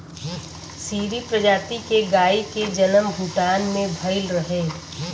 सीरी प्रजाति के गाई के जनम भूटान में भइल रहे